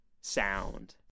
sound